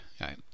Right